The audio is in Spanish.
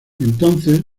entonces